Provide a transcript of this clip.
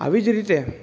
આવી જ રીતે